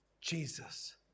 Jesus